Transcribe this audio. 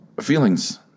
Feelings